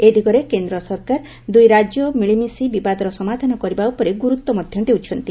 ଏ ଦିଗରେ କେନ୍ଦ୍ର ସରକାର ଦୁଇ ରାକ୍ୟ ମିଳିମିଶି ବିବାଦର ସମାଧାନ କରିବା ଉପରେ ଗୁରୁତ୍ୱ ଦେଉଛନ୍ତି